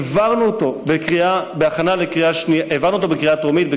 העברנו אותו בקריאה טרומית,